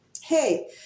Hey